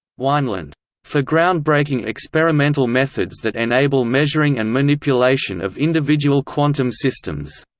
wineland for ground-breaking experimental methods that enable measuring and manipulation of individual quantum systems.